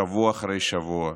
שבוע אחרי שבוע,